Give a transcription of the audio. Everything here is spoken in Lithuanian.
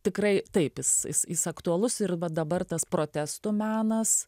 tikrai taip jis jis jis aktualus ir va dabar tas protestų menas